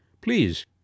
Please